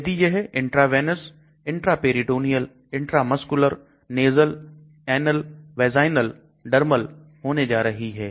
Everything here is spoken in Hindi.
यदि यह intravenous intraperitoneal intramuscular nasal anal vaginal dermal होने जा रही है